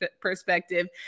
perspective